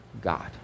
God